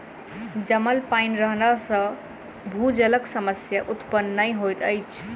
जमल पाइन रहला सॅ भूजलक समस्या उत्पन्न नै होइत अछि